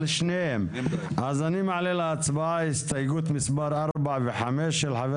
אני מעלה להצבעה הסתייגות מספר 4 והסתייגות מספר 5 של חבר